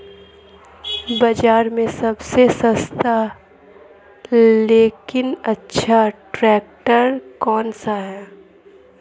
बाज़ार में सबसे सस्ता लेकिन अच्छा ट्रैक्टर कौनसा है?